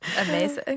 Amazing